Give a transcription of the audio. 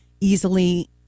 easily